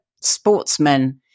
sportsmen